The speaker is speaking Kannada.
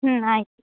ಹ್ಞೂ ಆಯ್ತು